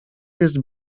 jest